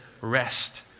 rest